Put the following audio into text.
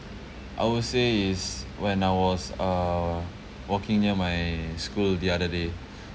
I would say is when I was uh walking near my school the other day